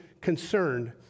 concerned